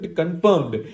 confirmed